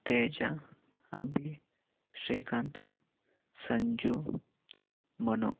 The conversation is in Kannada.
ತೇಜ ಅಭಿ ಶ್ರೀಕಾಂತ ಸಂಜು ಮನು